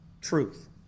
truth